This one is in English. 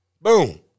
boom